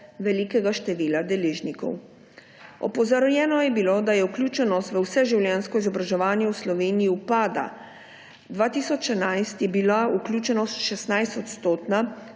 velikega števila deležnikov. Opozorjeno je bilo, da vključenost v vseživljenjsko izobraževanje v Sloveniji upada. Leta 2011 je bila vključenost 16 %, leta